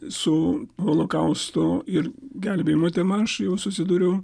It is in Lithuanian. su holokausto ir gelbėjimo tema aš jau susidūriau